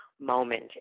moment